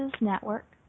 Network